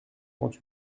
trente